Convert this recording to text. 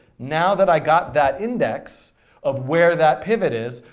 now that i got that index of where that pivot is,